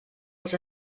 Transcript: els